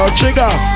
trigger